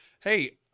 hey